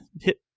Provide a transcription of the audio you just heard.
hit